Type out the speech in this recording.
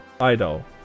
Idol